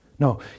No